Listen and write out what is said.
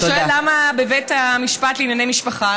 אתה שואל למה בבית המשפט לענייני משפחה,